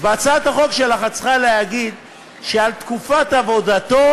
אז בהצעת החוק שלך את צריכה להגיד שלתקופת עבודתו